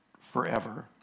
forever